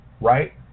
right